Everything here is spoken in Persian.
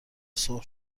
سرخ